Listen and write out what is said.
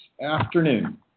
afternoon